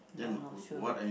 now not sure